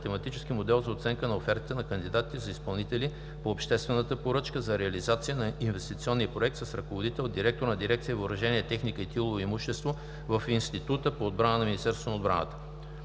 математически модел за оценка на офертите на кандидатите за изпълнители по обществената поръчка за реализация на Инвестиционния проект, с ръководител директор на дирекция „Въоръжение, техника и тилово имущество“ в Института по отбрана на Министерството на отбраната.